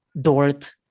Dort